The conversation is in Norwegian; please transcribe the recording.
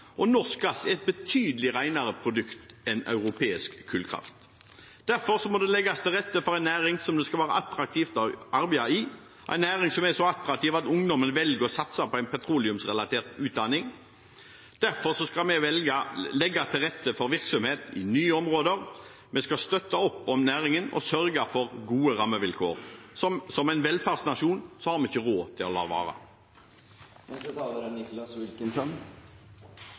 produkt enn europeisk kullkraft. Derfor må det legges til rette for en næring som det skal være attraktivt å arbeide i, en næring som er så attraktiv at ungdommen velger å satse på en petroleumsrelatert utdanning. Derfor skal vi legge til rette for virksomhet i nye områder, vi skal støtte opp om næringen og sørge for gode rammevilkår. Som velferdsnasjon har vi ikke råd til å la